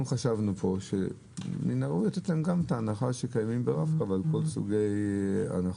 חשבנו שמן הראוי לתת להם את ההנחה על רב קו על כל סוגי ההנחות.